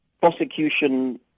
Prosecution